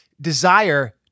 desire